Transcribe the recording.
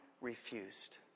refused